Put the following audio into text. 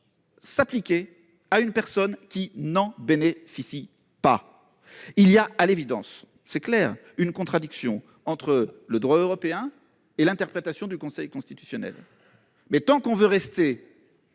s'appliquer à une personne qui n'en bénéficie pas. À l'évidence, il y a une contradiction entre le droit européen et l'interprétation du Conseil constitutionnel. Tant que l'on veut rester